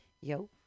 Yo